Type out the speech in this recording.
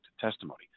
testimony